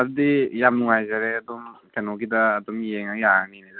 ꯑꯗꯨꯗꯤ ꯌꯥꯝ ꯅꯨꯡꯉꯥꯏꯖꯔꯦ ꯑꯗꯨꯝ ꯀꯩꯅꯣꯒꯤꯗ ꯑꯗꯨꯝ ꯌꯦꯡꯉꯒ ꯌꯥꯔꯅꯤ ꯑꯗꯨꯗꯤ